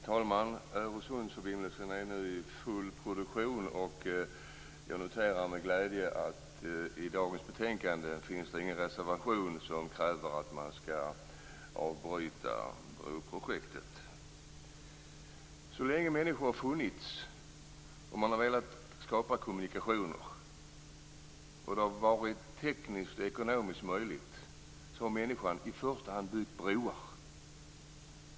Herr talman! Öresundsförbindelsen är nu i full produktion. Jag noterar med glädje att det i dagens betänkande inte finns någon reservation där man kräver att broprojektet avbryts. Så länge människor funnits och har velat skapa kommunikationer, och där det har varit tekniskt och ekonomiskt möjligt, har människan i första hand byggt broar.